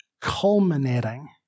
culminating